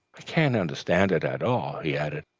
i can't understand it at all, he added.